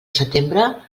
setembre